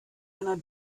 einer